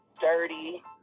dirty